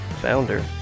founder